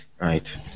Right